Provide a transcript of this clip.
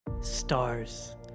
Stars